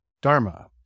Dharma